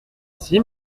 ici